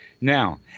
Now